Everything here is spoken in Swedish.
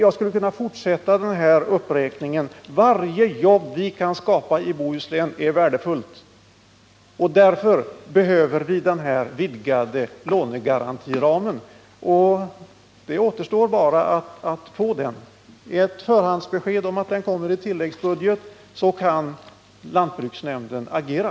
Jag skulle kunna fortsätta denna uppräkning. Varje jobb vi kan skapa i Bohuslän är värdefullt. Därför behöver vi denna vidgade lånegarantiram. Det återstår bara att få den. Genom ett förhandsbesked att den kommer i tilläggsbudgeten kan lantbruksnämnden agera.